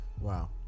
wow